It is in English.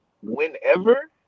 whenever